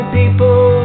people